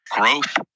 Growth